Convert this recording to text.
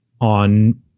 on